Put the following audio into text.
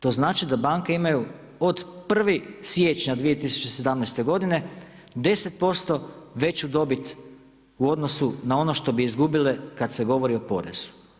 To znači da banke imaju od 1. siječnja 2017. godine 10% veću dobit u odnosu na ono što bi izgubile kada se govori o porezu.